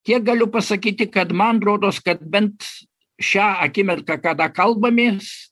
tiek galiu pasakyti kad man rodos kad bent šią akimirką kada kalbamės